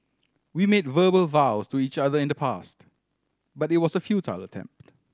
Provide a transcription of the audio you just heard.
we made verbal vows to each other in the past but it was a futile attempt